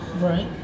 Right